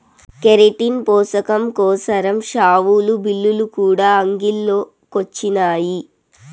keratin పోసకం కోసరం షావులు, బిల్లులు కూడా అంగిల్లో కొచ్చినాయి